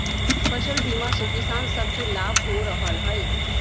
फसल बीमा से किसान सभके लाभ हो रहल हइ